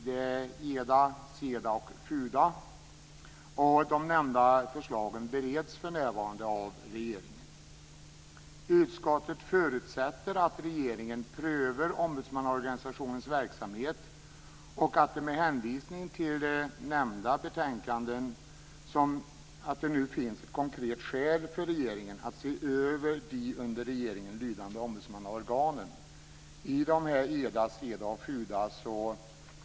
Det är betänkanden från EDA, SEDA och FUDA. De nämnda förslagen bereds för närvarande av regeringen. Utskottet förutsätter att regeringen prövar ombudsmannaorganisationens verksamhet. Med hänvisning till nämnda betänkanden finns nu ett konkret skäl för regeringen att se över de under regeringen lydande ombudsmannaorganen.